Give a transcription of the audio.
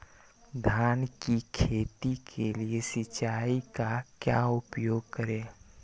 धान की खेती के लिए सिंचाई का क्या उपयोग करें?